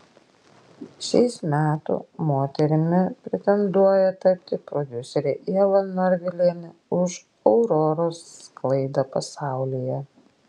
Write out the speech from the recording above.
šiais metų moterimi pretenduoja tapti prodiuserė ieva norvilienė už auroros sklaidą pasaulyje